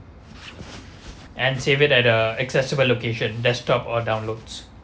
and save it at a accessible location desktop or downloads